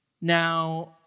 Now